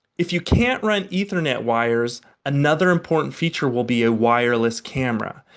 if you cant run ethernet wires another important feature will be a wireless camera.